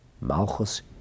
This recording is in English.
Malchus